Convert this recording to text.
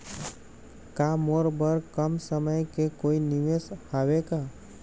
का मोर बर कम समय के कोई निवेश हावे का?